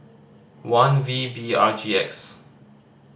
one V B R G X